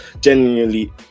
genuinely